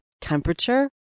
temperature